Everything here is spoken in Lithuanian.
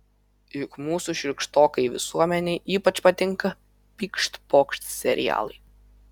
juk mūsų šiurkštokai visuomenei ypač patinka pykšt pokšt serialai